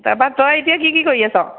তাৰপা তই এতিয়া কি কি কৰি আছ